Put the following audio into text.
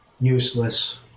useless